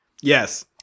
Yes